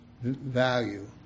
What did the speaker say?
value